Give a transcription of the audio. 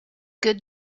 good